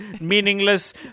meaningless